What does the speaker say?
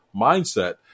mindset